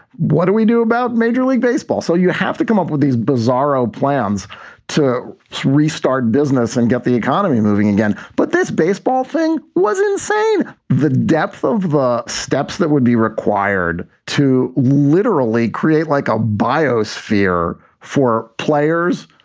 what do we do about major league baseball? so you have to come up with these bizarro plans to restart business and get the economy moving again. but this baseball thing was insane the depth of steps that would be required to literally create like a biosphere for players,